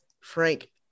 Frank